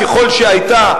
ככל שהיתה,